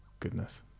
goodness